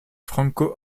franco